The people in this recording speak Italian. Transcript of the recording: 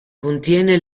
contiene